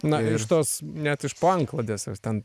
na iš tos net iš po antklodės jūs ten